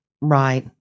Right